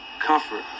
comfort